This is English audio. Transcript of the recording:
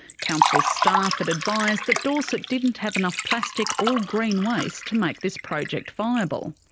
council staff had advised that dorset didn't have enough plastic or green waste to make this project viable.